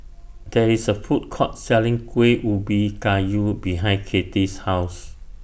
There IS A Food Court Selling Kueh Ubi Kayu behind Kati's House